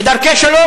בדרכי שלום,